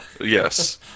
Yes